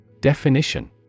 definition